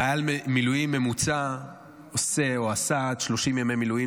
חייל מילואים ממוצע עושה או עשה עד 30 ימי מילואים,